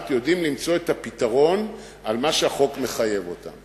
יודעים למצוא את הפתרון על מה שהחוק מחייב אותם.